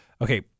Okay